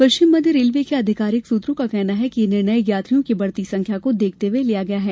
पश्चिम मध्य रेलवे के अधिकारिक सुत्रों का कहना है कि यह निर्णय यात्रियों की बढ़ती संख्या को देखते हुए लिया गया है